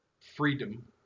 freedom